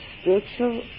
spiritual